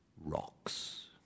rocks